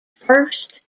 first